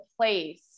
place